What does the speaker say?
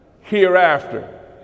hereafter